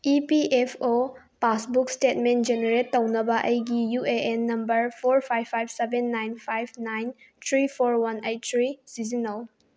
E P F O passbook statement generate ꯇꯧꯅꯕ ꯑꯩꯒꯤ U A N number four five five seven nine five nine three four one eight three ꯁꯤꯖꯤꯟꯅꯧ